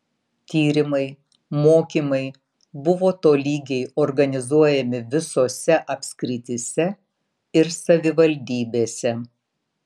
tyrimai mokymai buvo tolygiai organizuojami visose apskrityse ir savivaldybėse